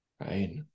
Right